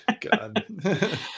God